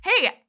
Hey